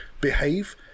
behave